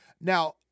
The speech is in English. Now